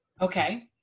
Okay